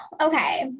Okay